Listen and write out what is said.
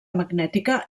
magnètica